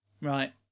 Right